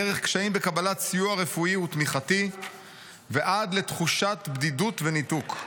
דרך קשיים בקבלת סיוע רפואי ותמיכתי ועד לתחושת בדידות וניתוק.